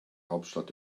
hauptstadt